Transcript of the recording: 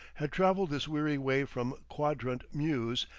had traveled this weary way from quadrant mews,